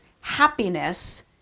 happiness